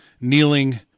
kneeling